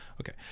okay